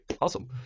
Awesome